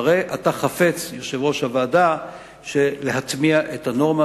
הרי אתה חפץ, יושב-ראש הוועדה, להטמיע את הנורמה.